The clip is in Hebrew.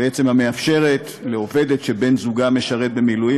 המאפשרת לעובדת שבן-זוגה משרת במילואים